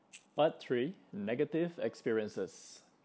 part three negative experiences